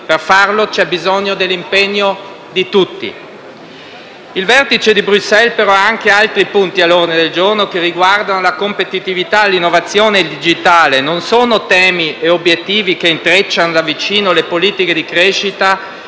per farlo c'è bisogno dell'impegno di tutti. Il vertice di Bruxelles ha altri punti all'ordine del giorno che riguardano la competitività e l'innovazione digitale: non sono temi e obiettivi che intrecciano da vicino le politiche di crescita